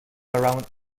around